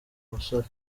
musore